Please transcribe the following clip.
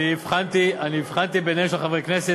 הבחנתי בעיניהם של חברי הכנסת,